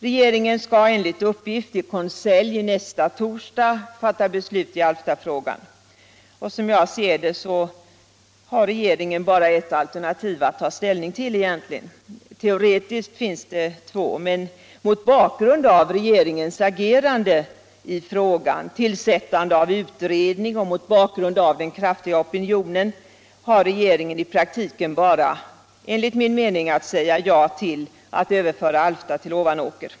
Regeringen skall enligt uppgift fatta beslut i Alftafrågan i konselj nästa torsdag. Som jag ser det har regeringen egentligen bara ett alternativ att ta ställning till. Teoretiskt finns det två, men mot bakgrund av regeringens agerande i frågan med tillsättande av utredning och mot bakgrund av den kraftiga opinionen har regeringen i praktiken enligt min mening bara att säga ja till att överföra Alfta till Ovanåker.